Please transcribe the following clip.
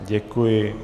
Děkuji.